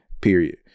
period